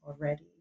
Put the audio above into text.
already